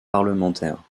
parlementaire